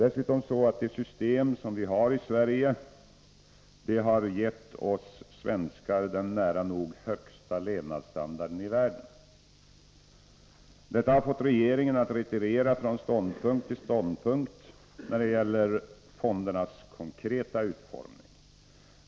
Dessutom har det system som vi har i Sverige gett oss svenskar den nära nog högsta levnadsstandarden i världen. Detta har fått regeringen att retirera från ståndpunkt till ståndpunkt när det gäller fondernas konkreta utformning.